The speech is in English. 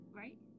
right